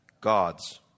God's